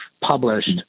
published